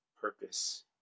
purpose